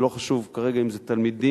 ולא חשוב כרגע אם זה תלמידים,